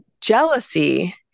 jealousy